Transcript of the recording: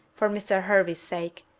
for mr. hervey's sake.